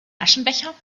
aschenbecher